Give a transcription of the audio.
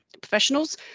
professionals